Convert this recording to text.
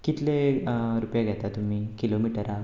कितले रुपया घेता तुमी किलोमिटराक